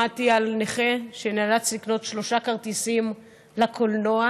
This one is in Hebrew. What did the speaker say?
שמעתי על נכה שנאלץ לקנות שלושה כרטיסים לקולנוע